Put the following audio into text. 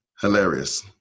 Hilarious